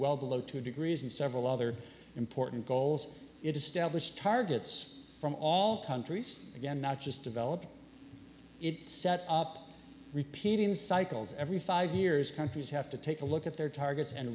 well below two degrees and several other important goals establish targets from all countries again not just develop it set up repeating cycles every five years countries have to take a look at their targets and